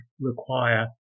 require